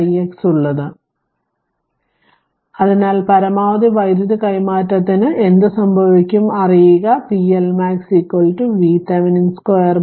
x ഉള്ളത് അതിനാൽ പരമാവധി വൈദ്യുതി കൈമാറ്റത്തിന് എന്ത് സംഭവിക്കും അറിയുക pLmax VThevenin 2 4 RThevenin